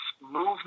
movement